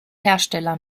hersteller